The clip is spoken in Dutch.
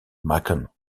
maken